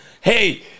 Hey